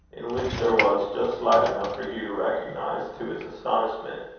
in which there was just light enough for hugh to recognize, to his astonishment,